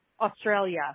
Australia